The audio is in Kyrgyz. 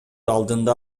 алдында